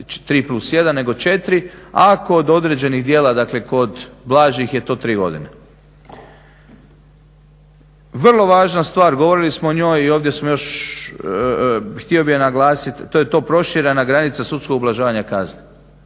3+1 nego 4, a kod određenih djela dakle kod blažih je to 3 godine. Vrlo važna stvar, govorili smo o njoj, i ovdje smo još htio bih je naglasiti to je ta proširena granica sudskog ublažavanja kazne.